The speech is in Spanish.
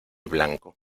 blanco